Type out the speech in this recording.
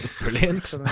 Brilliant